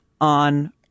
on